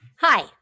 Hi